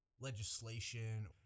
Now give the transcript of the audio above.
legislation